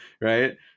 right